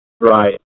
Right